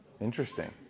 interesting